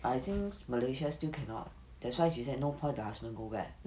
but I think malaysia still cannot that's why she said no point the husband go back